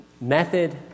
method